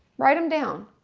write them down.